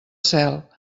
cel